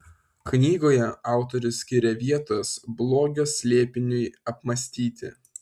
knygoje autorius skiria vietos blogio slėpiniui apmąstyti